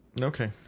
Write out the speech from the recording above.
Okay